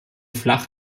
flach